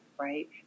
right